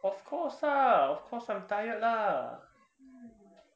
of course lah of course I'm tired lah